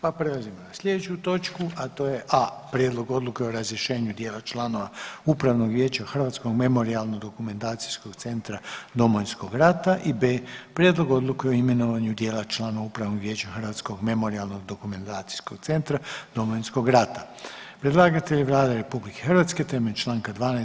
Pa prelazimo na sljedeću točku, a to je: - A) Prijedlog odluke o razrješenju dijela članova Upravnog vijeća Hrvatskog memorijalno dokumentacijskog centra Domovinskog rata i - B) Prijedlog odluke o imenovanju dijela članova Upravnog vijeća Hrvatskog memorijalno dokumentacijskog centra Domovinskog rata Predlagatelj je Vlada RH temeljem čl. 12.